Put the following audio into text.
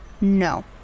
No